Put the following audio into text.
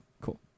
cool